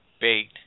bait